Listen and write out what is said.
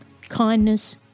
kindness